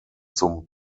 zum